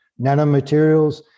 nanomaterials